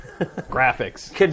Graphics